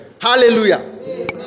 Hallelujah